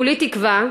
כולי תקווה,